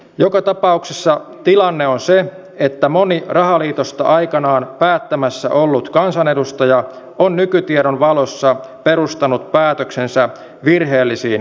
joka tapauksessa tilanne on se että moni rahaliitosta aikanaan päättämässä ollut kansanedustaja on nykytiedon valossa perustanut päätöksensä virheellisiin olettamiin